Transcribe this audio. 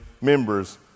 members